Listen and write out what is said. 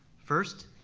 first,